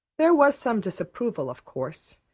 there was some disapproval, of course,